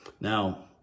Now